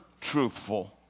truthful